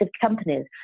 companies